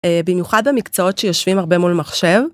במיוחד במקצועות שיושבים הרבה מול מחשב.